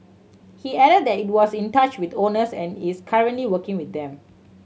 he added that it was in touch with owners and is currently working with them